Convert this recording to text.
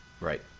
Right